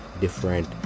different